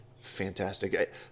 Fantastic